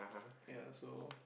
ya so